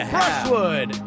Brushwood